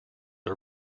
are